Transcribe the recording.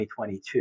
2022